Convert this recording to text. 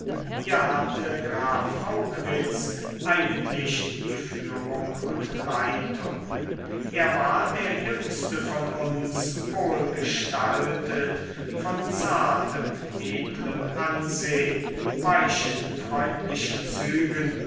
hier hatte graf haugwitz eigentlich die führung und leitung er war der jüngste von uns wohlgestaltet von zartem edlem ansehn weichen freundlichen zügen